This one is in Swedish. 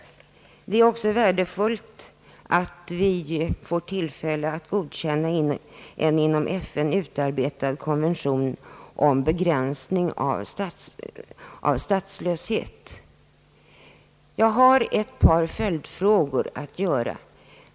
Det är också värdefullt att vi får tillfälle att godkänna en inom FN utarbetad konvention om begränsning av statslöshet. Jag har ett par följdfrågor att göra.